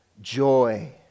joy